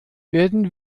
werden